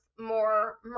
more